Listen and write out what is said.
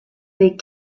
beak